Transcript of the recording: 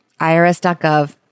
irs.gov